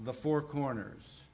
the four corners